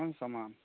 कोन समान